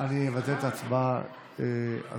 אני אבטל את ההצבעה הזאת.